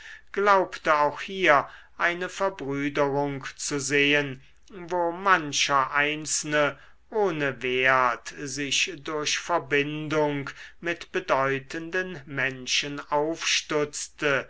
glaubte auch hier eine verbrüderung zu sehen wo mancher einzelne ohne wert sich durch verbindung mit bedeutenden menschen aufstutze